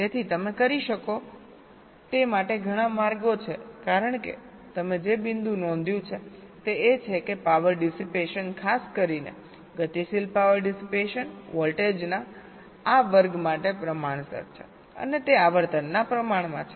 તેથી તમે કરી શકો તે માટે ઘણા માર્ગો છે કારણ કે તમે જે બિંદુ નોંધ્યું છે તે એ છે કે પાવર ડિસિપેશન ખાસ કરીને ગતિશીલ પાવર ડિસિપેશન વોલ્ટેજના આ વર્ગ માટે પ્રમાણસર છે અને તે આવર્તનના પ્રમાણમાં છે